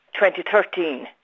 2013